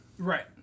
Right